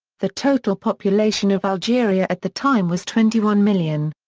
the total population of algeria at the time was twenty one million.